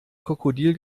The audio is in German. krokodil